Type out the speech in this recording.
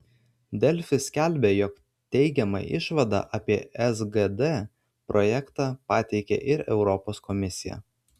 delfi skelbė jog teigiamą išvadą apie sgd projektą pateikė ir europos komisija